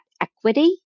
equity